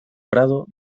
prado